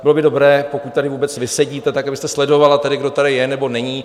Bylo by dobré, pokud tady vůbec vy sedíte, tak abyste sledovala, kdo tady je, nebo není.